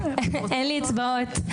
אין לי אצבעות.